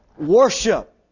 worship